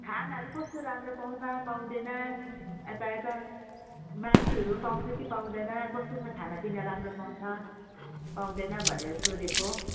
खानाहरू कस्तो राम्रो पाउँछ पाउँदैन अन्त यता मासुहरू पाउँछ कि पाउँदैन कस्तो छ खानापिना राम्रो पाउँछ पाउँदैन भनेर सोधेको